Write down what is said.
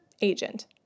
Agent